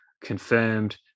confirmed